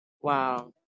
wow